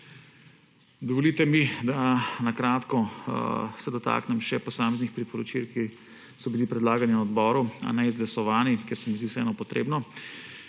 Dovolite mi, da se na kratko dotaknem še posameznih priporočil, ki so bila predlagana na odboru, a ne izglasovana, ker se mi zdi vseeno potrebno.